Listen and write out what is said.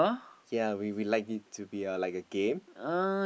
ya we we like it to be a like a game